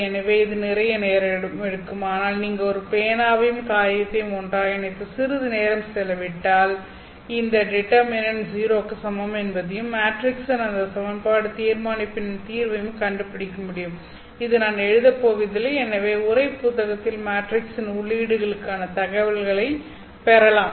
எனவே இது நிறைய நேரம் எடுக்கும் ஆனால் நீங்கள் ஒரு பேனாவையும் காகிதத்தையும் ஒன்றாக இணைத்து சிறிது நேரம் செலவிட்டால் அந்த டிடெர்மினேன்ட் 0 க்கு சமம் என்பதையும் மேட்ரிக்ஸின் அந்த சமன்பாடு தீர்மானிப்பின் தீர்வையும் கண்டுபிடிக்க முடியும் இது நான் எழுதப் போவதில்லை எனவே உரை புத்தகத்தில் மேட்ரிக்ஸின் உள்ளீடுகளுக்கான தகவல்களைப் பெறலாம்